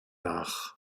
nach